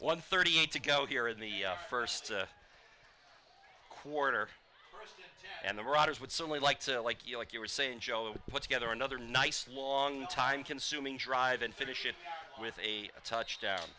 one thirty eight to go here in the first quarter and the writers would certainly like to like you like you were saying joe would put together another nice long time consuming drive and finish it with a touchdown